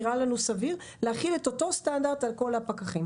נראה לנו סביר להחיל את אותו סטנדרט על כל הפקחים.